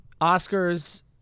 Oscars